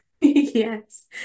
Yes